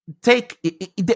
Take